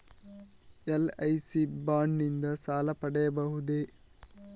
LIC bond ನಿಂದ ಸಾಲ ಪಡೆಯಬಹುದೇ?